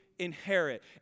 inherit